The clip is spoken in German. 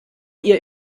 ihr